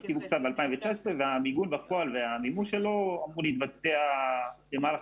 התקציב הוקצה ב-2019 והמיגון בפועל והמימוש שלו אמור להתבצע במהלך